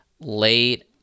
late